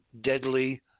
deadly